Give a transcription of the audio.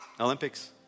Olympics